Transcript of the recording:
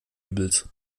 übels